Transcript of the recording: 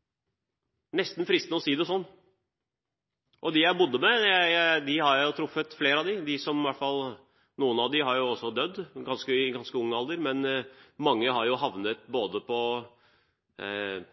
sånn. Flere av dem jeg bodde med, har jeg jo truffet. Noen av dem har dødd i ganske ung alder, men mange har endt opp